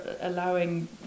allowing